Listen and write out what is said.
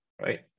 right